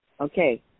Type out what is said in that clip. Okay